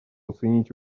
оценить